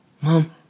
mom